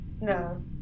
No